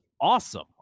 awesome